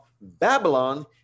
Babylon